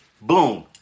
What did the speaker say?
Boom